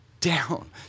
down